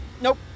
Nope